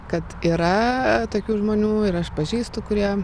kad yra tokių žmonių ir aš pažįstu kurie